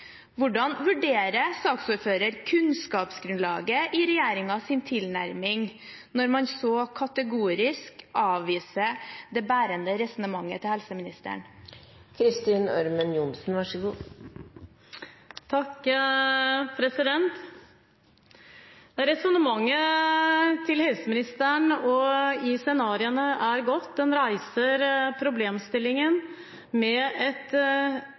Hvordan vurderer saksordføreren kunnskapsgrunnlaget i regjeringens tilnærming når man så kategorisk avviser det bærende resonnementet til helseministeren? Resonnementet til helseministeren i scenarioene er godt. Det reiser problemstillingen med et tynt befolkningsgrunnlag rundt enkelte av våre sykehus. Og scenarioene sier, som riktig er: